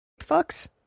fucks